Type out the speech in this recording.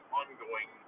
ongoing